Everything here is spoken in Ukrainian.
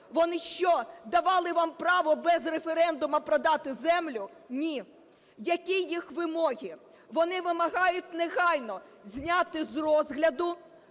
вони що, давали вам право без референдуму продати землю? Ні. Які їх вимоги. Вони вимагають негайно зняти з розгляду